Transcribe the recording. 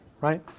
right